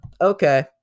okay